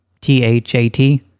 T-H-A-T